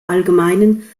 allgemeinen